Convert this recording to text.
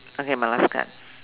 okay my last card